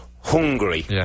Hungry